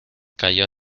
calló